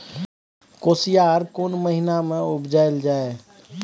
कोसयार कोन महिना मे उपजायल जाय?